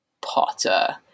potter